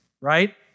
right